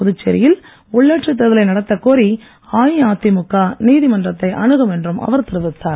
புதுச்சேரியில் உள்ளாட்சித் தேர்தலை நடத்தக்கோரி அஇஅதிமுக நீதிமன்றத்தை அணுகும் என்றும் அவர் தெரிவித்தார்